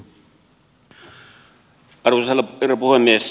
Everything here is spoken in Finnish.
arvoisa herra puhemies